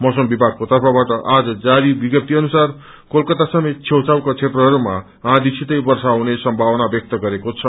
मौसम विभागको सूचना आज जारी विज्ञप्ति अनुसार कोलकत्ता समेत छेउछाउका क्षेत्रहरूमा आँधीसितै वर्षा हुने सम्भावना व्यक्त गरेको छ